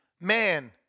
man